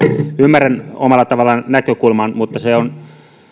ymmärrän omalla tavallaan näkökulman mutta